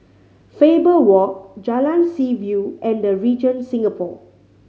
Faber Walk Jalan Seaview and The Regent Singapore